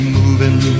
moving